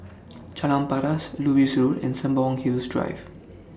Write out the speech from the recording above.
Jalan Paras Lewis Road and Sembawang Hills Drive